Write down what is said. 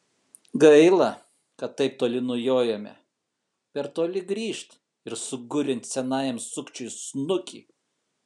gaila kad taip toli nujojome per toli grįžt ir sugurinti senam sukčiui snukį